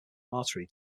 artery